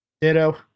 Ditto